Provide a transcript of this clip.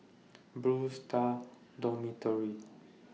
Blue Stars Dormitory